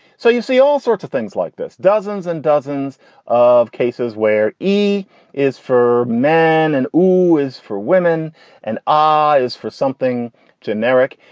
so you see all sorts of things like this. dozens and dozens of cases where e is for men and who is for women and ah is for something generic.